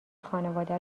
خانواده